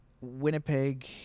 winnipeg